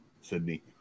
Sydney